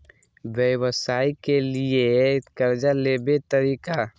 व्यवसाय के लियै कर्जा लेबे तरीका?